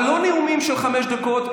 אבל לא נאומים של חמש דקות,